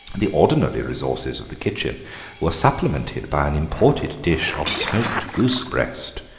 the ordinary resources of the kitchen were supplemented by an imported dish of smoked goosebreast,